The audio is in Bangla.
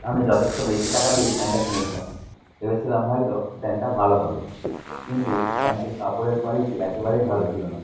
আমি যথেষ্ট বেশি টাকা দিয়ে এই প্যান্টটা কিনেছিলাম ভেবেছিলাম হয়তো প্যান্টটা ভালো হবে কিন্তু প্যান্টের কাপড়ের কোয়ালিটি একেবারেই ভালো ছিলো না